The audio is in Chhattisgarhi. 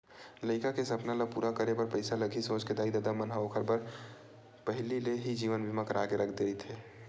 लइका के सपना ल पूरा करे बर पइसा लगही सोच के दाई ददा मन ह ओखर मन बर पहिली ले ही जीवन बीमा करा के रख दे रहिथे